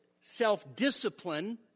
self-discipline